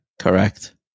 Correct